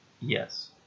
Yes